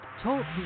talk